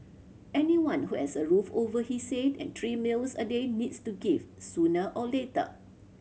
anyone who has a roof over his and three meals a day needs to give sooner or later